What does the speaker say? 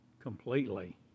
completely